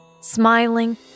smiling